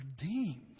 redeemed